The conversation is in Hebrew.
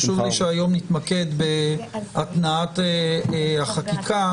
חשוב לי שהיום נתמקד בהתנעת החקיקה.